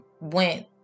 went